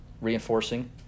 reinforcing